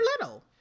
little